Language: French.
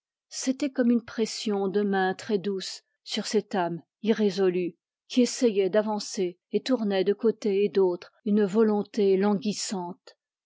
c'était comme une pression de mains très douces sur cette âme irrésolue qui essayait d'avancer et tournait de côté et d'autre une volonté languissante